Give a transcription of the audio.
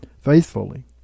faithfully